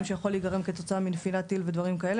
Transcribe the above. שיכול להיגרם כתוצאה מנפילת טיל ודברים כאלה,